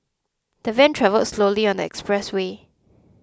the van travelled slowly on the expressway